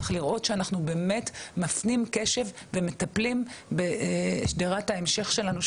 צריך לראות שאנחנו באמת מפנים קשב ומטפלים בשדרת ההמשך שלנו,